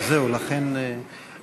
חוק איסור הלבנת הון (תיקון מס' 13),